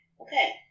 Okay